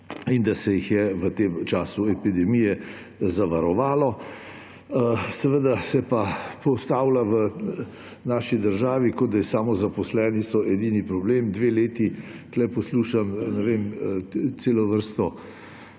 in da se jih je v tem času epidemije zavarovalo, seveda se pa postavlja v naši državi, kot da so samozaposleni edini problem. Dve leti tukaj poslušam celo vrsto